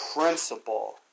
principle